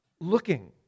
looking